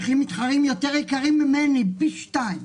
אם יש לי מתחרים יותר יקרים ממני פי שתיים,